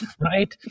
right